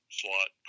slot